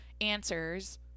answers